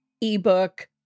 ebook